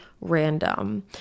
random